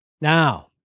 Now